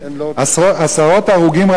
עשרות הרוגים,